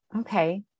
Okay